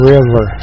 River